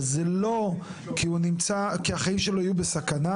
אבל זה לא כי החיים שלו היו בסכנה,